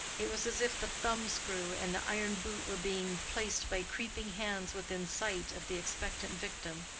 it was as if the thumb-screw and the iron boot were being placed by creeping hands within sight of the expectant victim.